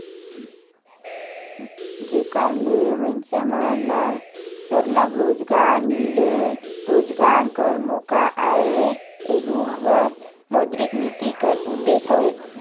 जेकर ले मइनसे मन ल सरलग रोजगार मिले, रोजगार कर मोका आए एहू हर मौद्रिक नीति कर उदेस हवे